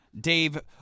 Dave